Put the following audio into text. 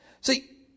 See